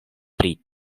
pri